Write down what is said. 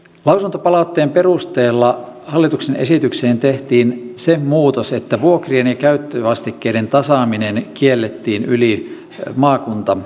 lausuntopalautteen perusteella hallituksen esitykseen tehtiin se muutos että vuokrien ja käyttövastikkeiden tasaamisen kieltämisestä yli maakuntarajojen luovuttiin